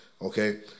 Okay